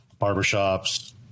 barbershops